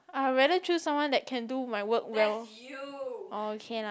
I rather choose someone that can do my work well orh can ah